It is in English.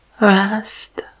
rest